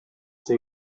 they